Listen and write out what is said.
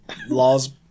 laws